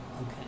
Okay